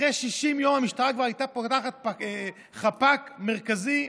אחרי 60 יום המשטרה כבר הייתה פותחת חפ"ק מרכזי,